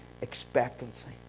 expectancy